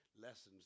lessons